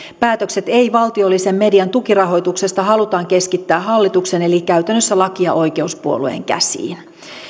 päätökset ei valtiollisen median tukirahoituksesta halutaan keskittää hallituksen eli käytännössä laki ja oikeus puolueen käsiin